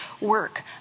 work